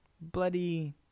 bloody